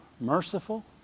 Merciful